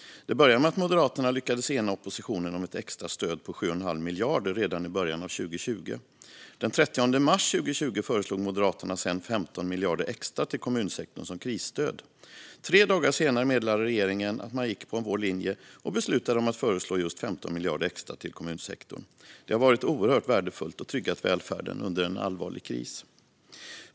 Det började med att Moderaterna lyckades ena oppositionen om ett extra stöd på 7 1⁄2 miljard redan i början av 2020. Den 30 mars 2020 föreslog Moderaterna sedan 15 miljarder extra till kommunsektorn som krisstöd. Tre dagar senare meddelade regeringen att man gick på vår linje och beslutade att föreslå just 15 miljarder extra till kommunsektorn. Det har varit oerhört värdefullt och tryggat välfärden under en allvarlig kris.